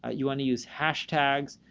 ah you want to use hashtags,